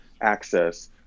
access